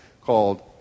called